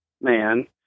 man